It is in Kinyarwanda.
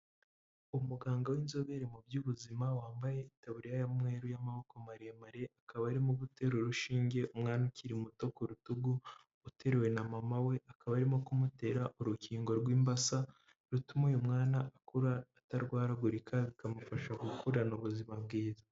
Umuganga w'inzobere mu by'ubuzima wambaye itaburiya y'umweru y'amaboko maremare, akaba arimo gutera urushinge umwana ukiri muto ku rutugu uteruwe na mama we, akaba arimo kumutera urukingo rw'imbasa rutuma uyu mwana akura atarwaragurika rukamufasha gukurana ubuzima bwiza.